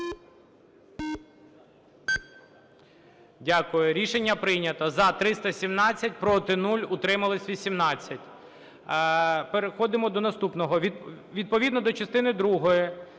Дякую. Рішення прийнято. За – 317, проти – 0, утрималось – 18. Переходимо до наступного. Відповідно до частини